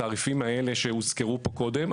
התעריפים האלה שהוזכרו פה קודם,